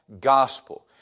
gospel